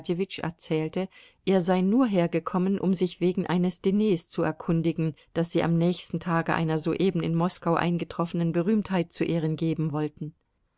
erzählte er sei nur hergekommen um sich wegen eines diners zu erkundigen das sie am nächsten tage einer soeben in moskau eingetroffenen berühmtheit zu ehren geben wollten